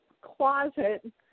closet